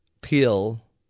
peel